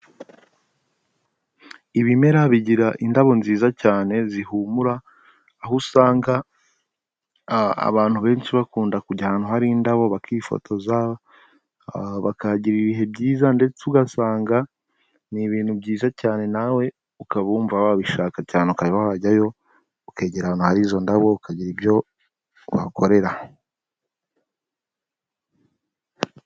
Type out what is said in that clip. Ibimera bigira indabo nziza cyane zihumura, aho usanga abantu benshi bakunda kujya ahantu hari indabo bakifotoza, bakahagirira ibihe byiza, ndetse ugasanga ni ibintu byiza cyane, nawe ukaba wumva wabishaka cyane ukaba wajyayo, ukigera ahantu hari izo ndabo, ukagira ibyo wahakorera.